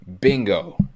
Bingo